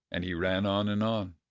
and he ran on and on,